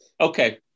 Okay